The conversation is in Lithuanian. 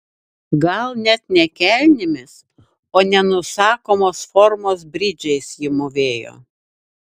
gal net ne kelnėmis o nenusakomos formos bridžais ji mūvėjo